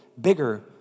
bigger